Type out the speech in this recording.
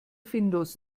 findus